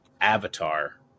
avatar